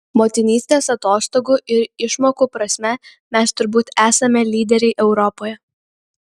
motinystės atostogų ir išmokų prasme mes turbūt esame lyderiai europoje